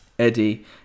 Eddie